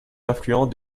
influents